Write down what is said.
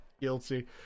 guilty